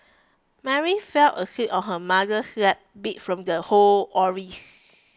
Mary fell asleep on her mother's lap beat from the whole